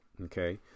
Okay